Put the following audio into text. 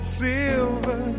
silver